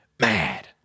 mad